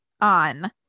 on